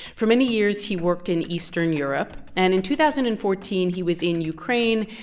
for many years, he worked in eastern europe. and in two thousand and fourteen, he was in ukraine,